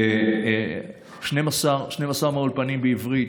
12 מהאולפנים בעברית,